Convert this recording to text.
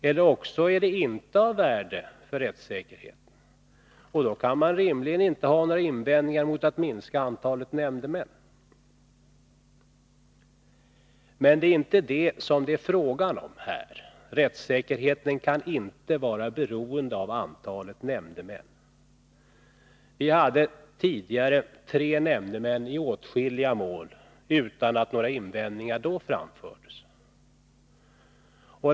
Eller också är det inte av värde för rättssäkerheten — och då kan man inte rimligen ha några invändningar mot att minska antalet nämndemän. Men här är det inte fråga om detta; rättssäkerheten kan inte vara beroende av antalet nämndemän. Vi hade tidigare tre nämndemän i åtskilliga mål, utan att några vändningar då anfördes.